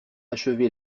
achevé